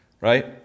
right